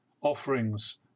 offerings